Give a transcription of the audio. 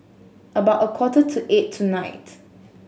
about a quarter to eight tonight